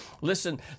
Listen